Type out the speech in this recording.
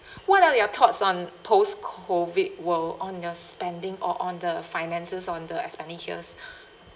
what are your thoughts on post COVID world on your spending or on the finances on the expenditures